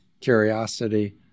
curiosity